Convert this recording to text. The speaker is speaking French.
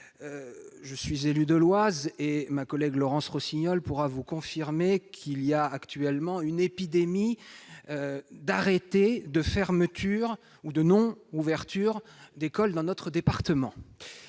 Je suis élu de l'Oise ; ma collègue Laurence Rossignol pourra vous confirmer que l'on observe actuellement une épidémie d'arrêtés de fermeture ou de non-réouverture d'écoles dans notre département.